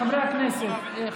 חבר הכנסת אביר קארה, בבקשה.